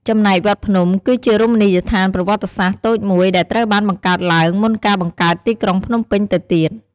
ចំណែកវត្តភ្នំគឺជារមណីយដ្ឋានប្រវត្តិសាស្ត្រតូចមួយដែលត្រូវបានបង្កើតឡើងមុនការបង្កើតទីក្រុងភ្នំពេញទៅទៀត។